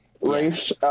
race